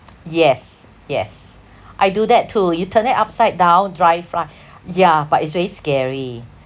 yes yes I do that too you turn it upside down dry front yeah but it's very scary